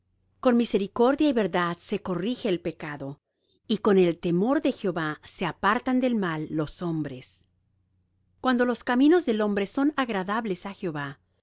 con misericordia y verdad se corrige el pecado y con el temor de jehová se apartan del mal los hombres cuando los caminos del hombre son agradables á jehová